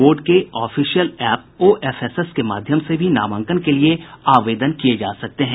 board के official app OFSS के माध्यम से भी नामांकन के लिए आवेदन किये जा सकते हैं